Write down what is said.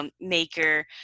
maker